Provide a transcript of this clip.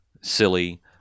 silly